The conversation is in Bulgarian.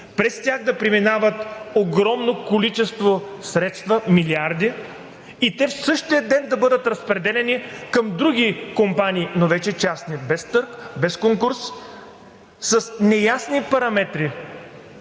през тях да преминават огромно количество средства – милиарди, и те в същия ден да бъдат разпределени към други компании, но вече частни, без търг, без конкурс, с неясни параметри.